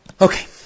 Okay